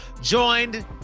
joined